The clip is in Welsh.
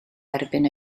erbyn